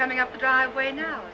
coming up the driveway now